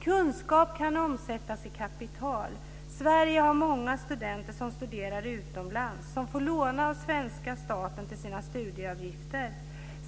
Kunskap kan omsättas i kapital. Sverige har många studenter som studerar utomlands och som får låna av svenska staten till sina studieavgifter.